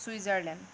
Switzerland